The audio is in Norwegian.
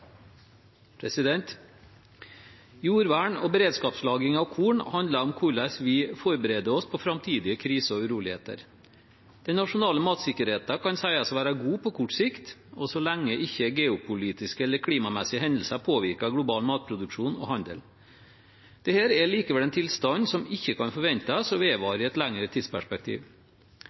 Jordvern og beredskapslagring av korn handler om hvordan vi forbereder oss på framtidige kriser og uroligheter. Den nasjonale matsikkerheten kan sies å være god på kort sikt og så lenge ikke geopolitiske eller klimamessige hendelser påvirker global matproduksjon og handel. Dette er likevel en tilstand som ikke kan forventes å vedvare i et lengre tidsperspektiv.